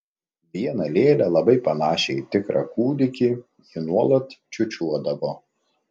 vieną lėlę labai panašią į tikrą kūdikį ji nuolat čiūčiuodavo